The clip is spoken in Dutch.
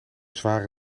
zware